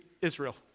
Israel